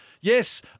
Yes